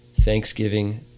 thanksgiving